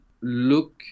look